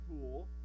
pool